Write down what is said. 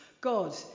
God